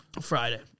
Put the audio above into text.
Friday